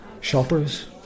shoppers